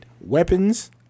weapons